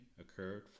occurred